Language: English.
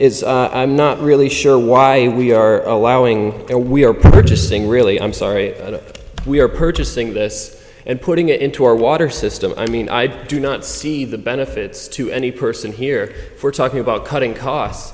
is i'm not really sure why we are allowing and we are purchasing really i'm sorry that we are purchasing this and putting it into our water system i mean i do not see the benefits to any person here we're talking about cutting costs